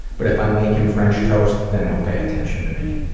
but if i make him french toast then he'll pay attention to me.